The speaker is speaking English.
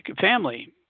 family